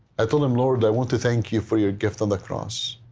i told him, lord, i want to thank you for your gift on the cross.